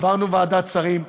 עברנו ועדת שרים,